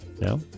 no